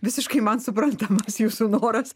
visiškai man suprantamas jūsų noras